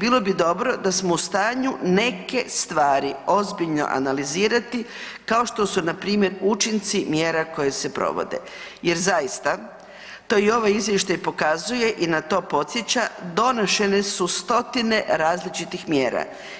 bilo bi dobro da smo u stanju neke stvari ozbiljno analizirati kao što su npr. učinci mjera koje se provede jer zaista, to i ovaj izvještaj pokazuje i na to podsjeća, donesene su stotine različitih mjera.